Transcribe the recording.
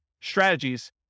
strategies